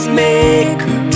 maker